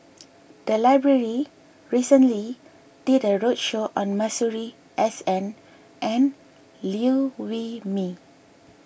the library recently did a roadshow on Masuri S N and Liew Wee Mee